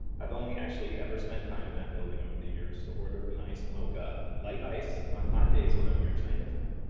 i've only actually ever spent time in that building over the years to order an iced mocha, light ice, on hot days when i'm near chinatown.